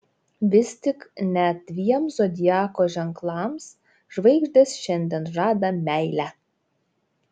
vis tik net dviem zodiako ženklams žvaigždės šiandien žadą meilę